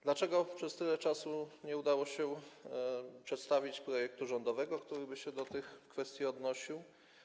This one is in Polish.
Dlaczego, choć było tyle czasu, nie udało się przedstawić projektu rządowego, który by się do tych kwestii odnosił?